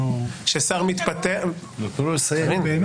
תנו לו לסיים.